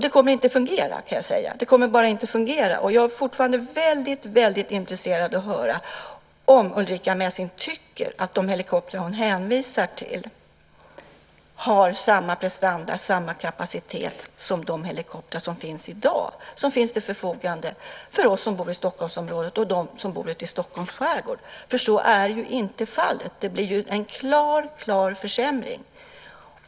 Det kommer inte att fungera, kan jag säga. Jag är fortfarande väldigt intresserad av att höra om Ulrica Messing tycker att de helikoptrar hon hänvisar till har samma prestanda och kapacitet som de helikoptrar som i dag finns till förfogande för oss som bor i Stockholmsområdet och för dem som bor ute i Stockholms skärgård, för så är ju inte fallet. Det blir en klar försämring.